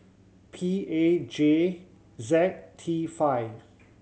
P A J Z T five